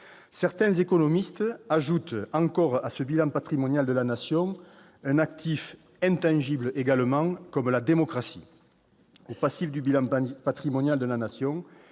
Certains économistes ajoutent encore à ce bilan patrimonial de la Nation un actif intangible, comme la démocratie. Au passif du bilan patrimonial de la Nation